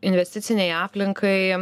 investicinei aplinkai